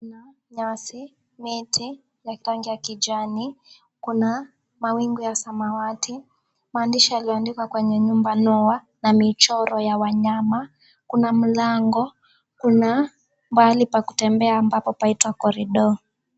Kuna nyasi, miti ya rangi ya kijani, kuna mawingu ya samawati, maandishi yaliyoandikwa kwenye nyumba Noah na michoro ya wanyama. Kuna mlango, kuna mahali pa kutembea ambapo paitwa corridor .